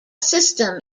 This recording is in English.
system